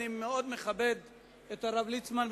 אני מאוד מכבד את הרב ליצמן,